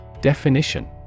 Definition